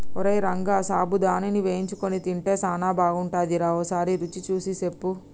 ఓరై రంగ సాబుదానాని వేయించుకొని తింటే సానా బాగుంటుందిరా ఓసారి రుచి సూసి సెప్పు